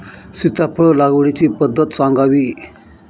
सीताफळ लागवडीची पद्धत सांगावी?